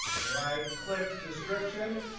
right click description.